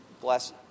bless